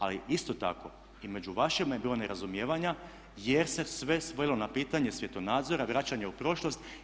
Ali isto tako i među vašima je bilo nerazumijevanja jer se sve svelo na pitanje svjetonazora, vraćanja u prošlost.